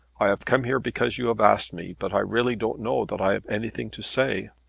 i have come here because you have asked me, but i really don't know that i have anything to say.